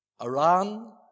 Iran